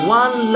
one